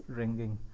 ringing